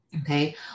Okay